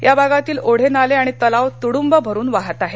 या भागातील ओढे नाले आणि तलाव तुडुंब भरून वाहत आहेत